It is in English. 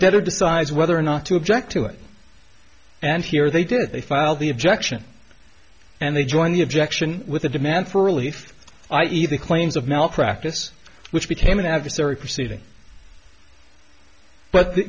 debtor decides whether or not to object to it and here they did they file the objection and they join the objection with a demand for relief i e the claims of malpractise which became an adversary proceeding but the